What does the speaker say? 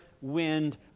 wind